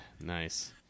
Nice